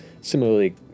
similarly